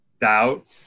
doubt